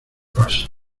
bros